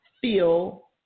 feel